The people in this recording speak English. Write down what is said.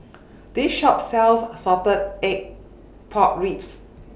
This Shop sells Salted Egg Pork Ribs